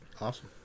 awesome